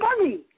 money